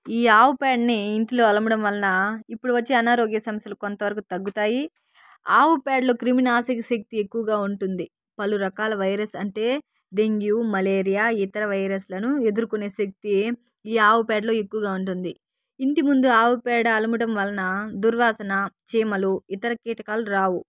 ఈ ఆవు పేడని ఇంట్లో అలకడం వలన ఇప్పుడు వచ్చే అనారోగ్య సమస్యలు కొంతవరకు తగ్గుతాయి ఆవు పేడలు క్రిమునాసికశక్తి ఎక్కువగా ఉంటుంది పలు రకాల వైరస్ అంటే డెంగ్యూ మలేరియా ఇతర వైరస్లను ఎదుర్కొనే శక్తి ఈ ఆవు పేడలో ఎక్కువగా ఉంటుంది ఇంటిముందు ఆవు పేడ అలకడం వలన దుర్వాసన చీమలు ఇతర కీటకాలు రావు